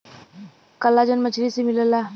collagen मछरी से मिलला